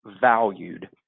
valued